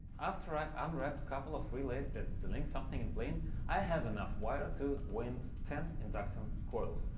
after i unwrapped couple of relays, that de-linked something in plane i have enough wire to wind ten inductance coils.